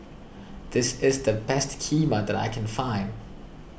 this is the best Kheema that I can find